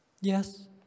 yes